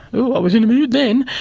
oh, i was in a mood then.